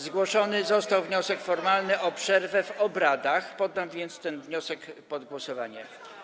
Zgłoszony został wniosek formalny o przerwę w obradach, poddam więc ten wniosek pod głosowanie.